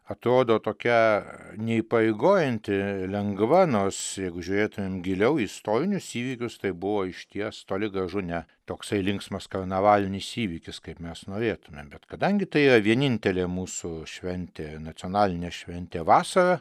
atrodo tokia neįpareigojanti lengva nors jeigu žiūrėtumėm giliau į istorinius įvykius tai buvo išties toli gražu ne toksai linksmas karnavalinis įvykis kaip mes norėtumėm bet kadangi tai yra vienintelė mūsų šventė nacionalinė šventė vasarą